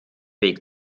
weg